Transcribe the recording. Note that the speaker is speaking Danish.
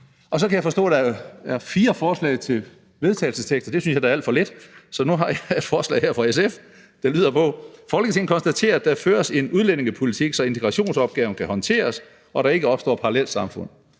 Jeg kan så forstå, at der er fire forslag til vedtagelse, og det synes jeg da er alt for lidt. Så nu har jeg et forslag her fra SF, der lyder: Forslag til vedtagelse »Folketinget konstaterer, at der skal føres en udlændingepolitik, så integrationsopgaven kan håndteres og der ikke opstår parallelsamfund.